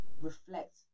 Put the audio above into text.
reflect